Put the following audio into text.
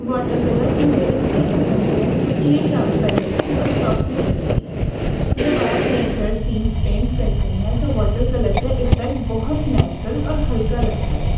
water colours مجھے اس لیے پسند ہیں کیونکہ یہ ٹرانسپیرنسی اور سافٹنیس دیتی ہیں جب آپ نیچر سینس پینٹ کرتے ہیں تو واٹر کلر کا افیکٹ بہت نیچرل اور ہلکا لگتا ہے